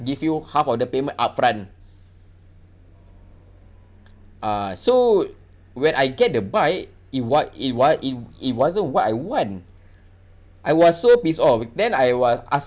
give you half of the payment upfront uh so when I get the bike it wa~ it wa~ it it wasn't what I want I was so pissed off then I was asking